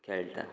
खेळटात